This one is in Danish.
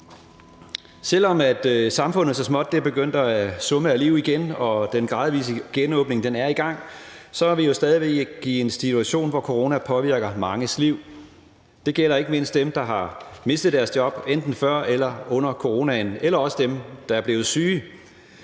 Selv om samfundet så småt er begyndt at summe af liv igen og den gradvise genåbning er i gang, er vi jo stadig væk i en situation, hvor corona påvirker manges liv. Det gælder ikke mindst dem, der har mistet deres job, enten før eller under coronaen, eller også dem, der er blevet syge.